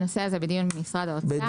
הנושא הזה נמצא בדיון עם משרד האוצר.